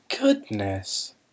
goodness